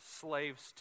slaves